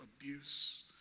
abuse